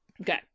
okay